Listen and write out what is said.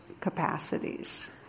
capacities